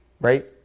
right